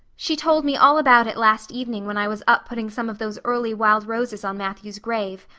she told me all about it last evening when i was up putting some of those early wild roses on matthew's grave.